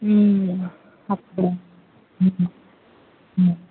ம் அப்படியா ம் ம்